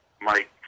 Mike